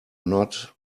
not